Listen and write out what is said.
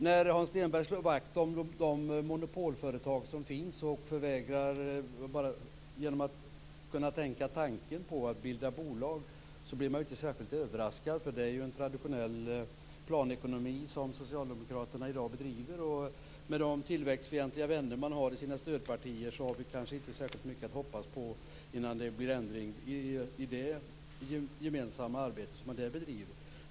När Hans Stenberg slår vakt om de monopolföretag som finns och inte ens kan tänka tanken att bilda bolag blir man inte särskilt överraskad, eftersom det är en traditionell planekonomi som Socialdemokraterna i dag bedriver. Och med de tillväxtfientliga vänner Socialdemokraterna har i sina stödpartier så har vi kanske inte särskilt mycket att hoppas på innan det blir ändring i det gemensamma arbete som bedrivs.